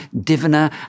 diviner